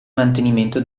mantenimento